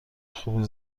خوبی